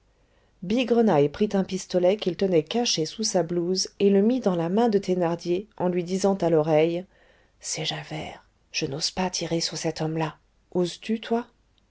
bigrenaille prit un pistolet qu'il tenait caché sous sa blouse et le mit dans la main de thénardier en lui disant à l'oreille c'est javert je n'ose pas tirer sur cet homme-là oses-tu toi